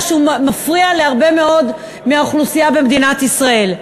שהוא מפריע להרבה מאוד מהאוכלוסייה במדינת ישראל.